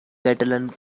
catalan